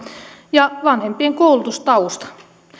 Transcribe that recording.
ja vanhempien koulutustausta